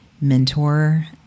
mentor